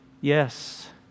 Yes